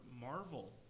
Marvel